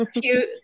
cute